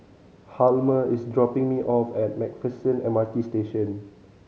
Hjalmer is dropping me off at Macpherson M R T Station